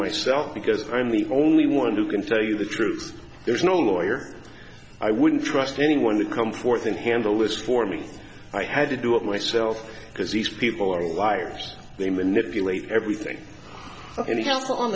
myself because i'm the only one who can tell you the truth there's no lawyer i wouldn't trust anyone to come forth and handle this for me i had to do it myself because these people are all liars they manipulate everything